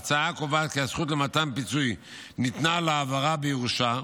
ההצעה קובעת כי הזכות למתן פיצוי ניתנת להעברה בירושה.